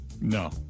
No